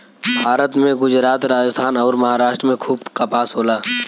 भारत में गुजरात, राजस्थान अउर, महाराष्ट्र में खूब कपास होला